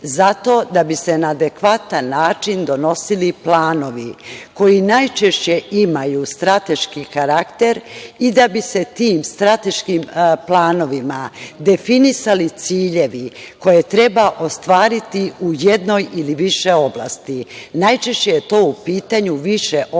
da bi se na adekvatan način donosili planovi koji najčešće imaju strateški karakter i da bi se tim strateškim planovima definisali ciljevi koje treba ostvariti u jednoj ili više oblasti. Najčešće je to u pitanju više oblasti